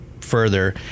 further